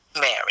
Mary